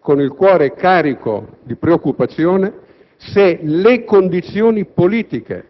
con il cuore carico di preoccupazione, se le condizioni politiche